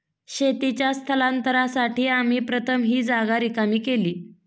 शेतीच्या स्थलांतरासाठी आम्ही प्रथम ही जागा रिकामी केली